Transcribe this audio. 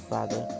Father